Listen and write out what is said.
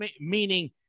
meaning